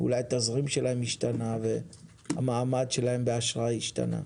אולי התזרים שלהם השתנה והמעמד שלהם באשראי השתנה,